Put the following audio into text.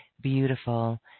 beautiful